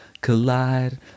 collide